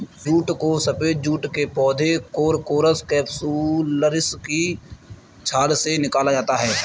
jute को सफेद jute के पौधे कोरकोरस कैप्सुलरिस की छाल से निकाला जाता है